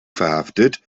verhaftet